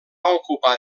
ocupar